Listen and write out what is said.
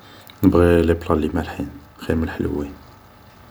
نبغي لي بلا لي مالحين خيرمن لي حلوين